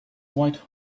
white